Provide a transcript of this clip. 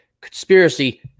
conspiracy